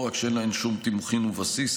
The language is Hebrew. לא רק שאין להן שום תימוכין ובסיס,